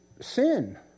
sin